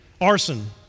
arson